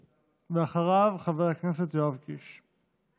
ואחריו חבר הכנסת יואב קיש.